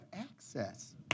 access